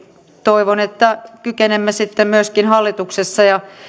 toivon että kykenemme sitten myöskin hallituksessa